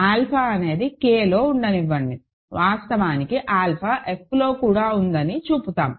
alpha అనేది K లో ఉండనివ్వండి వాస్తవానికి ఆల్ఫా F లో కూడా ఉందని చూపుతాము